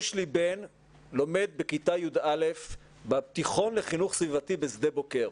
יש לי בן שלומד בכיתה י"א בתיכון לחינוך סביבתי בשדה בוקר.